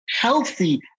healthy